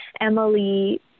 Emily